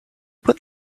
put